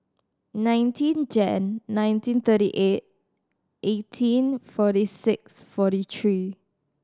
nineteen Jan nineteen thirty eight eighteen forty six forty three